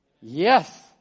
Yes